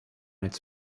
its